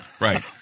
right